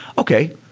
okay.